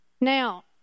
Now